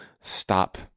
stop